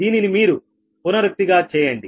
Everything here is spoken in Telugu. దీనిని మీరు పునరుక్తి గా చేయండి